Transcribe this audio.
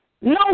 No